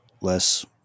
less